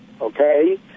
okay